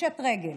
פושט רגל